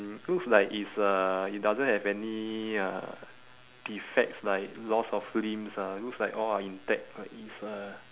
looks like it's a it doesn't have any uh defects like loss of limbs ah looks like all are intact like it's uh